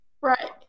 Right